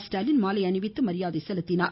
ஸ்டாலின் மாலை அணிவித்து மரியாதை செலுத்தினார்